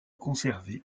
conservée